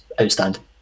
outstanding